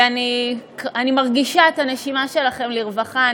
ואני מרגישה את הנשימה שלכם לרווחה.